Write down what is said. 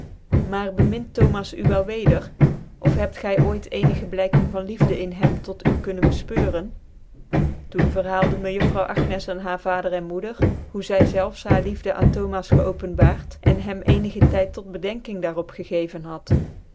maar bemind thomas u wel weder of hebt gy ooit ccnigc blijken van liefje in hem toe u kunnen bclpcurcn t doe verhaalde mejuffrouw agncs aan haar vader en moeder hoe zy zelfs haar liefde aan thomas geopenbaart cn hem ecnigetyd tot bedenking daar opgegeven had